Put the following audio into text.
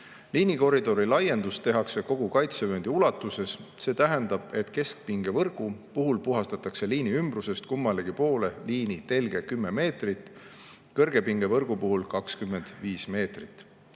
Liinikoridori laiendust tehakse kogu kaitsevööndi ulatuses. See tähendab, et keskpingevõrgu puhul puhastatakse liini ümbrusest kummalegi poole liini telge 10 meetrit, kõrgepingevõrgu puhul 25 meetrit.